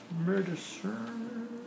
Medicine